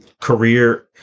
career